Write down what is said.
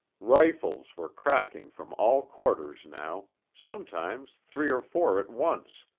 rifles were cracking from all quarters now, sometimes three or four at once,